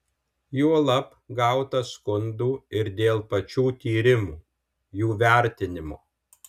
juolab gauta skundų ir dėl pačių tyrimų jų vertinimo